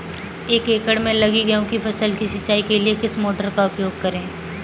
एक एकड़ में लगी गेहूँ की फसल की सिंचाई के लिए किस मोटर का उपयोग करें?